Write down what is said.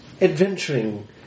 adventuring